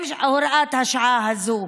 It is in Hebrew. עם הוראת השעה הזאת.